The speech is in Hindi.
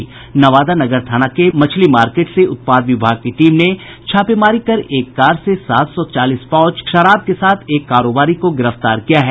नवादा नगर थाना के मछली मार्केट से उत्पाद विभाग की टीम ने छापेमारी कर एक कार से सात सौ चालीस पाउच देशी शराब के साथ एक कारोबारी को गिरफ्तार किया है